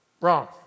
Wrong